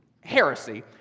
heresy